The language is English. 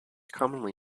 commonly